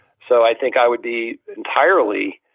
so i think i would be entirely